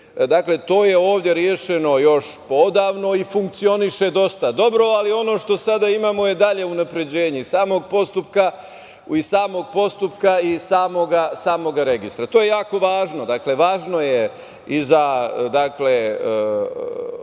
To je ovde rešeno još poodavno i funkcioniše dosta dobro. Ali, ono što sada imamo je dalje unapređenje samog postupka i samoga registra. To je jako važno. Dakle, važno je i za